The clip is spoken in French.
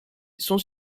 sont